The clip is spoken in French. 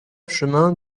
chemin